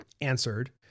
answered